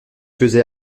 faisais